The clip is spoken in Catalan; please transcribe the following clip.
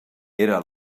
era